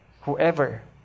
Whoever